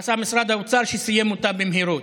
עשה משרד האוצר שסיים אותה במהירות,